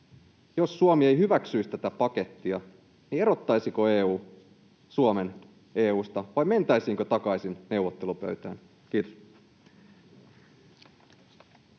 jos Suomi ei hyväksyisi tätä pakettia, niin erottaisiko EU Suomen EU:sta vai mentäisiinkö takaisin neuvottelupöytään? — Kiitos.